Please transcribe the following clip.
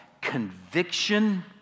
conviction